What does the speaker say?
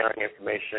information